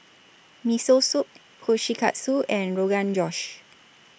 Miso Soup Kushikatsu and Rogan Josh